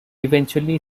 eventually